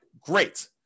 great